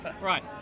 right